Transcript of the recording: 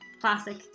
Classic